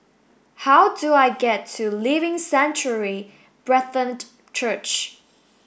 how do I get to Living Sanctuary Brethren the Church